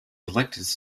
elected